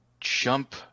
jump